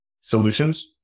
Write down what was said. solutions